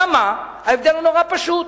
אלא מה, ההבדל הוא נורא פשוט,